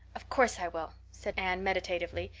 of course i will, said anne meditatively,